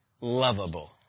lovable